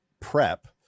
PrEP